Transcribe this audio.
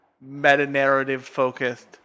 meta-narrative-focused